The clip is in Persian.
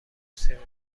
موسیقی